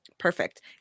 Perfect